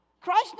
Christ